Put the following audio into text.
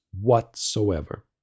whatsoever